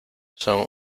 son